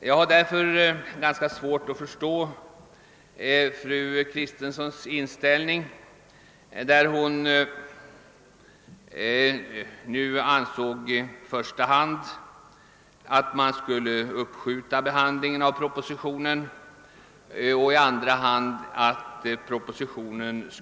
Jag har därför svårt att förstå fru Kristenssons yrkanden, att vi i första hand skulle uppskjuta behandlingen av propositionen eller i andra hand avslå propositionen.